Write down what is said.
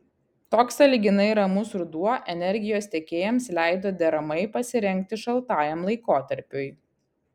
toks sąlyginai ramus ruduo energijos tiekėjams leido deramai pasirengti šaltajam laikotarpiui